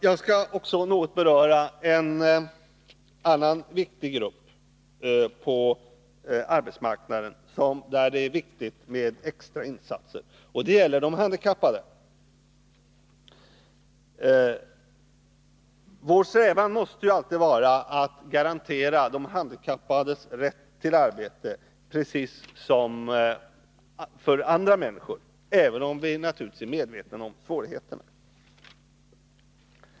Jag skall också något beröra en annan grupp på arbetsmarknaden för vilken det är viktigt med extra insatser, nämligen de handikappade. Vår strävan måste ju alltid vara att garantera de handikappade samma rätt till arbete som gäller för andra människor, även om vi naturligtvis är medvetna om svårigheterna.